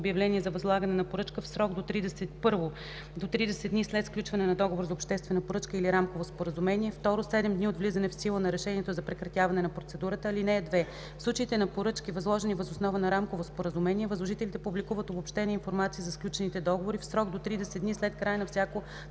възложителите публикуват обобщена информация за сключените договори в срок до 30 дни след края на всяко